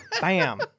Bam